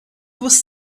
was